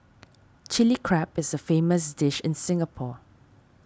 Chilli Crab is a famous dish in Singapore